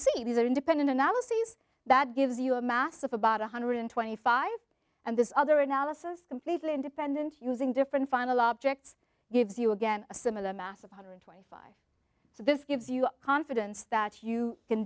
see these are independent analyses that gives you a mass of about one hundred twenty five and this other analysis completely independent using different final objects gives you again a similar mass of hundred twenty five so this gives you confidence that you can